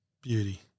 Beauty